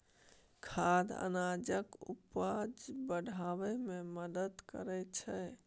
खाद अनाजक उपजा बढ़ाबै मे मदद करय छै